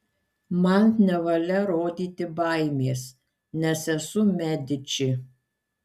man nevalia rodyti baimės nes esu mediči